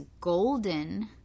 golden